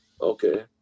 Okay